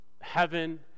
heaven